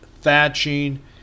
thatching